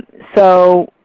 so